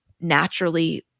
naturally